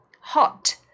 Hot